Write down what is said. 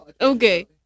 Okay